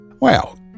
Well